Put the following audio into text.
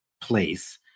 place